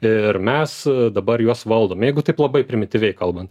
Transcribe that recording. ir mes dabar juos valdom jeigu taip labai primityviai kalbant